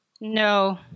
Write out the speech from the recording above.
No